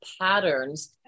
patterns